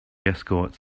escorts